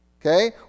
Okay